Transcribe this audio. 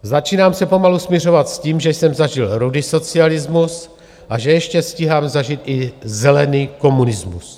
Začínám se pomalu smiřovat s tím, že jsem zažil rudý socialismus a že ještě stíhám zažít i zelený komunismus.